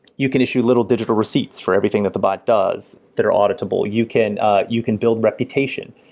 you can issue little digital receipts for everything that the bot does that are auditable. you can you can build reputation,